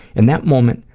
in that moment,